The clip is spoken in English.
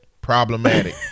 Problematic